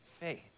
faith